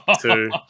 two